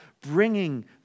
bringing